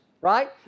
right